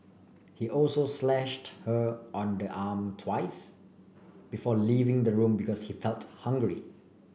he also slashed her on the arm twice before leaving the room because he felt hungry